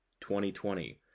2020